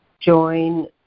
join